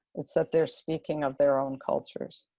it's that they're speaking of their own cultures.